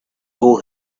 hole